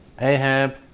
Ahab